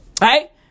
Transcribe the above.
Right